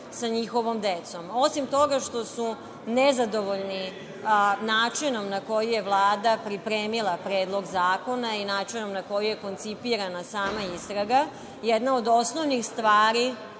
sa njihovom decom. Osim toga što su nezadovoljni načinom na koji je Vlada pripremila Predlog zakona i načinom na koji je koncipirana sama istraga, jedna od osnovnih stvari